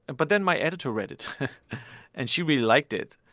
but then my editor read it and she really liked it.